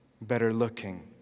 Better-looking